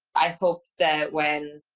i hope that when,